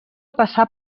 passar